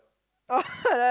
oh right